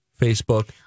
Facebook